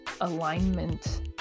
alignment